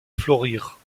fleurir